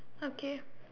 okay